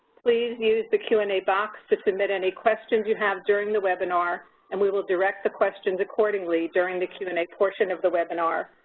please use the q and a box to submit any questions you have during the webinar and we will direct the questions accordingly during the q and a portion of the webinar.